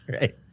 Right